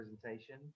presentation